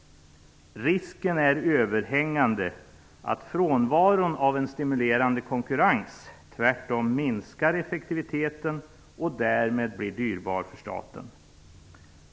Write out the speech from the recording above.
Risken är överhängande att frånvaron av en stimulerande konkurrens tvärtom minskar effektiviteten och därmed blir dyrbar för staten.